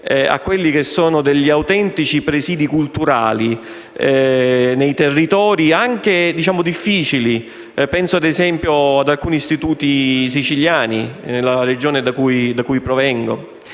addice a degli autentici presidi culturali in territori anche difficili: penso ad esempio ad alcuni istituti della Sicilia, Regione da cui provengo.